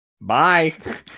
Bye